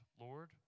Lord